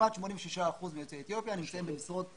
כמעט 86 אחוזים מיוצאי אתיופיה נמצאים במשרות זוטרות,